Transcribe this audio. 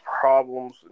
problems